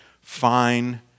fine